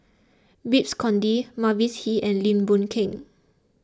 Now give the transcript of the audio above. Babes Conde Mavis Hee and Lim Boon Keng